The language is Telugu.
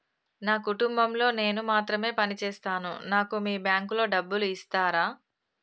నా కుటుంబం లో నేను మాత్రమే పని చేస్తాను నాకు మీ బ్యాంకు లో డబ్బులు ఇస్తరా?